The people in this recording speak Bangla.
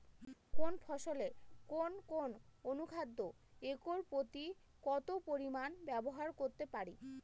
কোন ফসলে কোন কোন অনুখাদ্য একর প্রতি কত পরিমান ব্যবহার করতে পারি?